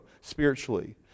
spiritually